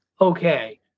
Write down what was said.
okay